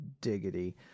diggity